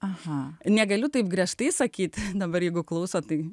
aha negaliu taip griežtai sakyt dabar jeigu klauso tai